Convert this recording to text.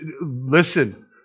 Listen